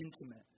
intimate